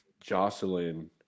jocelyn